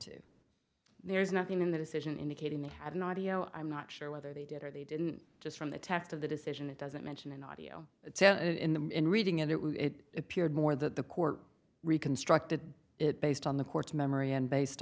to there is nothing in the decision indicating they have an audio i'm not sure whether they did or they didn't just from the text of the decision it doesn't mention an audio in reading it it appeared more that the court reconstructed it based on the court's memory and based